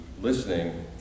listening